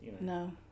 No